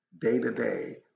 day-to-day